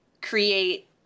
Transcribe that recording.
create